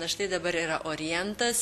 na štai dabar yra orientas